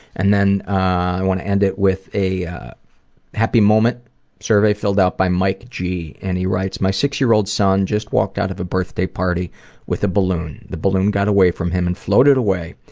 and then i want to end it with a happy moment survey filled out by mike g, and he writes my six-year-old son just walked out of a birthday party with a balloon. the balloon got away from him and floated away.